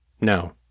No